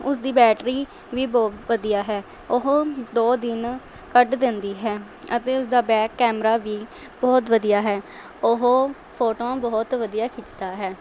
ਉਸਦੀ ਬੈਟਰੀ ਵੀ ਬਹੁਤ ਵਧੀਆ ਹੈ ਉਹ ਦੋ ਦਿਨ ਕੱਢ ਦਿੰਦੀ ਹੈ ਅਤੇ ਉਸਦਾ ਬੈਕ ਕੈਮਰਾ ਵੀ ਬਹੁਤ ਵਧੀਆ ਹੈ ਉਹ ਫੋਟੋਆਂ ਬਹੁਤ ਵਧੀਆ ਖਿੱਚਦਾ ਹੈ